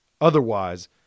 Otherwise